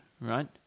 right